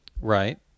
Right